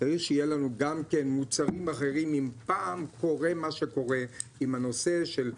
צריך שיהיה לנו גם כן מוצרים אחרים אם פעם קורה מה שקורה עם הנושא של,